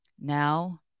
now